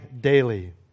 daily